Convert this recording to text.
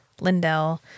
lindell